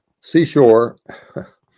seashore